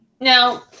Now